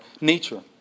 nature